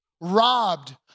robbed